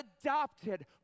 adopted